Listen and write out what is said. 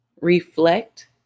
reflect